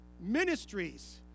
ministries